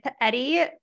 Eddie